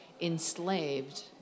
enslaved